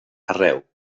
arreu